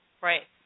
right